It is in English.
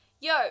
yo